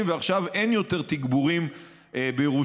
ועכשיו אין יותר תגבורים בירושלים.